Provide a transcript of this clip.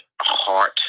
heart